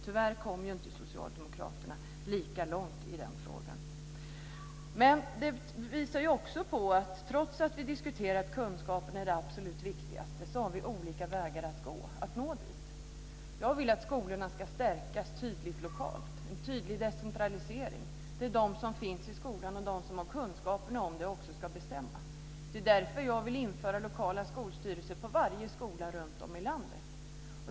Tyvärr kom inte socialdemokraterna lika långt i den frågan. Trots att kunskap är det absolut viktigaste finns det olika vägar för att nå dit. Jag vill att skolorna ska stärkas lokalt. Det ska vara en tydlig decentralisering. Det är de som finns i skolan och de som har kunskaper om skolan som ska bestämma. Det är därför som jag vill införa lokala skolstyrelser på varje skola runtom i landet.